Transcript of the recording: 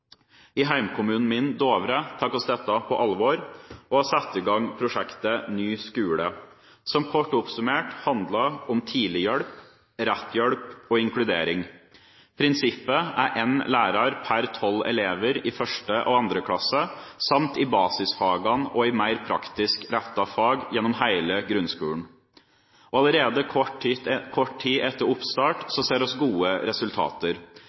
I hjemkommunen min, Dovre, tar vi dette på alvor og har satt i gang prosjektet Ny skole, som kort oppsummert handler om tidlig hjelp, rett hjelp og inkludering. Prinsippet er én lærer per tolv elever i første og andre klasse samt i basisfagene og i mer praktisk rettede fag gjennom hele grunnskolen. Allerede kort tid etter oppstart ser vi gode resultater: